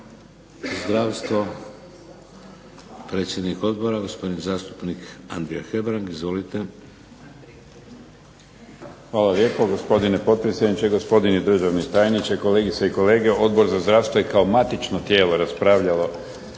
zdravstvo? Predsjednik odbora gospodin Andrija Hebrang. Izvolite. **Hebrang, Andrija (HDZ)** Hvala lijepo. gospodine potpredsjedniče, gospodine državni tajniče, kolegice i kolege zastupnici. Odbor za zdravstvo je kao matično tijelo raspravilo